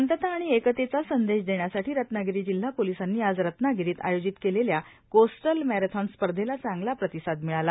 शांतता आणि एकतेचा संदेश देण्यासाठी रत्नापिरी जिल्हा पोलिसांनी आज रत्नापिरीत आयोजित केलेल्या कोस्टल मॅरेथॉन स्पर्धेला चांधला प्रतिसाद मिळाला